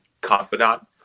confidant